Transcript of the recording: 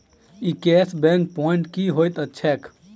ई cash back point की होइत छैक?